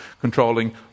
controlling